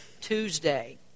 Tuesday